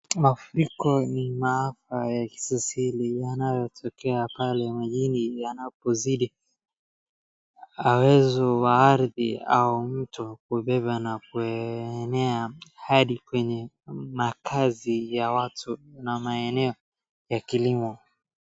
Mafuriko ni maafa ya kisasili yanayo tokea pale majini yanapozidi, hawezo wa ardhi au mtu kubeba na kuenea hadi kwenye makazi ya watu na maeneo ya kilimo.